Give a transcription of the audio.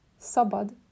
Sabad